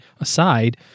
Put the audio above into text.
aside